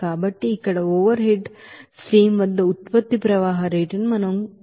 కాబట్టి ఇక్కడ overhead stream వద్ద ప్రోడక్ట్ ఫ్లో రేట్స్ ను ఉత్పత్తి ప్రవాహ రేట్ల మనం ఇక్కడ చూడవచ్చు